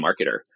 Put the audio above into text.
marketer